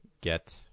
get